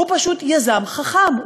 הוא פשוט יזם חכם.